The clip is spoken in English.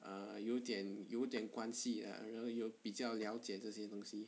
err 有点有点关系 lah you know 有点比较了解这些东西